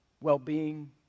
well-being